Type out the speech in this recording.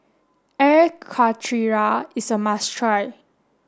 Air Karthira is a must try